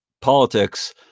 politics